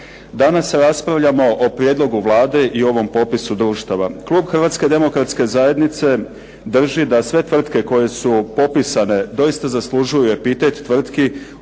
Danas raspravljamo o prijedlog Vlade i ovom popisu društava. Klub Hrvatske demokratske zajednice drži da sve tvrtke koje su popisane doista zaslužuju epitet tvrtki